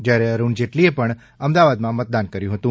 જ્યારે અરૂણ જેટલીએ પણ અમદાવાદમાં મતદાન કર્યું હતું